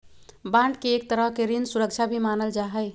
bond के एक तरह के ऋण सुरक्षा भी मानल जा हई